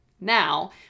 Now